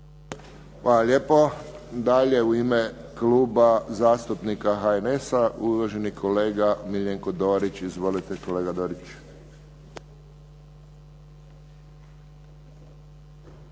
Hvala lijepo. Dalje u ime Kluba zastupnika HNS-a, uvaženi kolega Miljenko Dorić. Izvolite kolega Dorić.